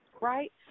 right